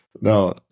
No